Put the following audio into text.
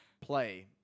play